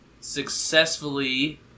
successfully